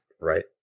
right